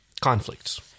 Conflicts